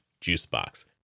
juicebox